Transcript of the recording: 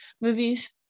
movies